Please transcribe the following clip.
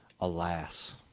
alas